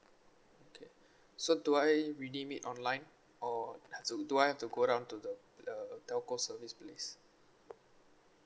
okay so do I redeem it online or do I have to go down to the uh telco service place